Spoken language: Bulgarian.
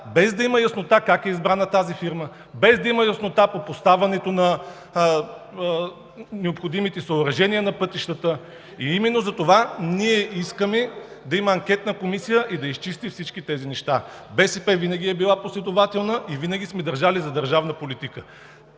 без да има яснота как е избрана тази фирма, без да има яснота по поставянето на необходимите съоръжения на пътищата. И именно затова искаме да има анкетна комисия и да изчисти всички тези неща. Българската социалистическа партия винаги е била последователна и винаги сме държали за държавна политика.